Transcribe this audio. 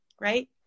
right